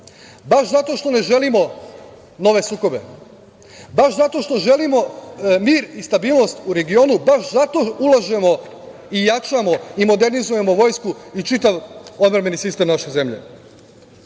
baš zato što ne želimo nove sukobe, baš zato što želimo mir i stabilnost u regionu, baš zato ulažemo i jačamo i modernizujemo vojsku i čitav odbrambeni sistem naše zemlji.I